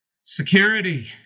Security